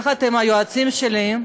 יחד עם היועצים שלי,